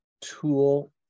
tool